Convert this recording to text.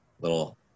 little